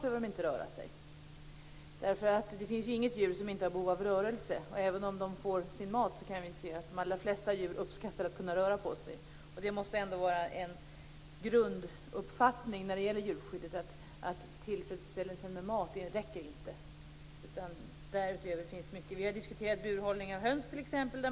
Det finns inget djur som inte har behov av rörelse. Även om de får sin mat kan vi se att de allra flesta djur uppskattar att kunna röra på sig. Det måste ändå vara en grunduppfattning när det gäller djurskyddet att det inte räcker att tillfredsställa djurens behov av mat. Därutöver finns mycket. Vi har diskuterat burhållning av höns, t.ex.